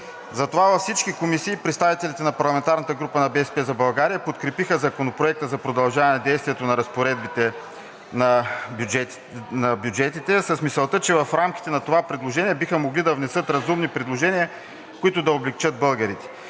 Затова във всички комисии представителите на парламентарната група на „БСП за България“ подкрепиха Законопроекта за продължаване на действието на разпоредбите на бюджетите с мисълта, че в рамките на това предложение биха могли да внесат разумни предложения, които да облекчат българите.